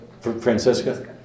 Francesca